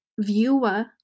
viewer